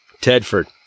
Tedford